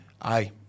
Aye